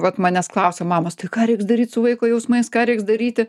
vat manęs klausia mamos tai ką reiks daryt su vaiko jausmais ką reiks daryti